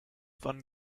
wann